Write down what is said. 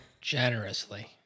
Generously